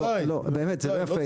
באמת זה לא יפה.